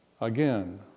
again